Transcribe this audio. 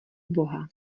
boha